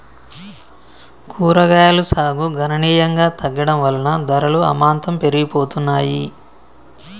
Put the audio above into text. కూరగాయలు సాగు గణనీయంగా తగ్గడం వలన ధరలు అమాంతం పెరిగిపోతున్నాయి